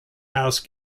house